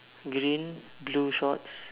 green blue shorts